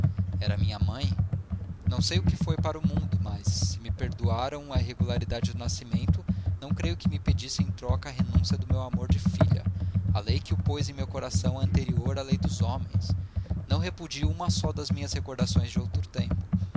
tudo era minha mãe não sei o que foi para o mundo mas se me perdoaram a irregularidade do nascimento não creio que me pedissem em troca a renúncia do meu amor de filha a lei que o pôs em meu coração é anterior à lei dos homens não repudio uma só das minhas recordações de outro tempo